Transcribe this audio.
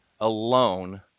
Alone